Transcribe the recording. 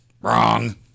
wrong